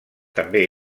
també